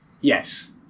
Yes